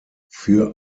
für